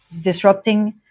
disrupting